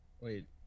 wait